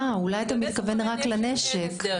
אולי אתה מתכוון רק לנשק.